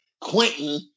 Quentin